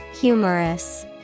Humorous